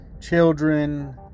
children